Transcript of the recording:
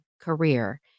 career